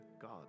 God